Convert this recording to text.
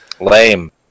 Lame